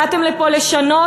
באתם לפה לשנות,